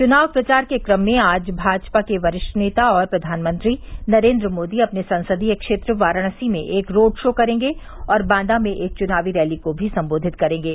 चुनाव प्रचार के क्रम में आज भाजपा के वरिष्ठ नेता और प्रधानमंत्री नरेन्द्र मोदी अपने संसदीय क्षेत्र वाराणसी में एक रोड शो करेंगे और बांदा में एक चुनावी रैली को भी सम्बोधित करेंगे